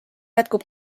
jätkub